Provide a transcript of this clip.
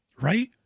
Right